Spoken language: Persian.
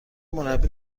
مربی